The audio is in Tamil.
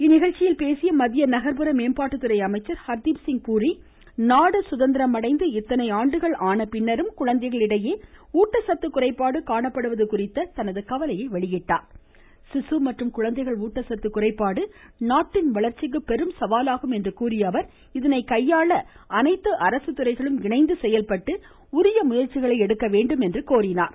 இந்நிகழ்ச்சியில் பேசிய மத்திய நகர்ப்புற மேம்பாட்டுத்துறை அமைச்சர் ஹர்தீப் சிங் பூரி நாடு குதந்திரம் அடைந்து இத்தனை ஆண்டுகள் ஆன பின்னரும் குழந்தைகளிடையே ஊட்டச்சத்து குறைபாடு காணப்படுவது குறித்து கவலை தெரிவித்தார் சிசு மற்றும் குழந்தைகள் ஊட்டச்சத்து குறைபாடு நாட்டின் வளர்ச்சிக்கு சவாலாகும் என்று கூறிய அவர் இதனை கையாள அனைத்து அரசுத்துறைகளும் இணைந்து செயல்பட்டு உரிய முயற்சிகளை எடுக்க வேண்டும் என்றார்